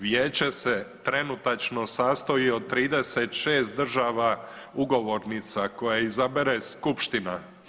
Vijeće se trenutačno sastoji od 36 država ugovornica koje izabere skupština.